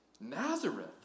Nazareth